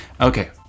Okay